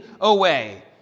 away